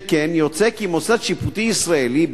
שכן יוצא כי מוסד שיפוטי ישראלי,